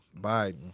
biden